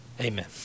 Amen